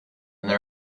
there